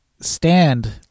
stand